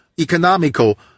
economical